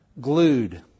glued